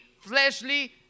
fleshly